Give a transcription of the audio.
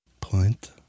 Point